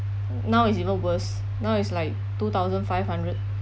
now is even worse now is like two thousand five hundred